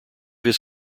his